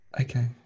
Okay